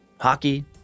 Hockey